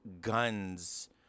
guns